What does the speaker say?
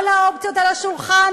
כל האופציות על השולחן,